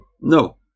No